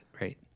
Right